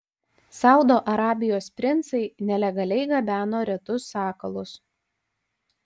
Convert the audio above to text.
saudo arabijos princai nelegaliai gabeno retus sakalus